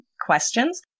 questions